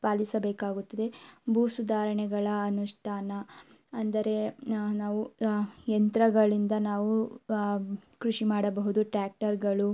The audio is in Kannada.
ಪಾಲಿಸಬೇಕಾಗುತ್ತದೆ ಭೂಸುಧಾರಣೆಗಳ ಅನುಷ್ಠಾನ ಅಂದರೆ ನಾವು ಯಂತ್ರಗಳಿಂದ ನಾವು ಕೃಷಿ ಮಾಡಬಹುದು ಟ್ಯಾಕ್ಟರ್ಗಳು